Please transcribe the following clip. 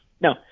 no